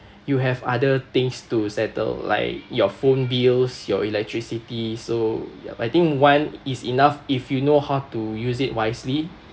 you have other things to settle like your phone bills your electricity so yup I think one is enough if you know how to use it wisely